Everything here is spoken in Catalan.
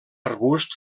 arbust